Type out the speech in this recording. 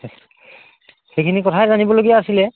সেইখিনি কথাই জানিবলগীয়া আছিলে